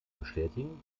bestätigen